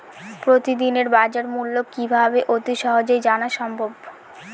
প্রতিদিনের বাজারমূল্য কিভাবে অতি সহজেই জানা সম্ভব?